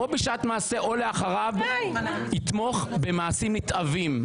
בשעת מעשה או לאחריו שיתמוך במעשים נתעבים.